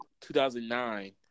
2009